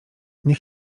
nie